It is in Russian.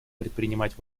предпринимать